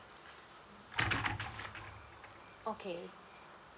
okay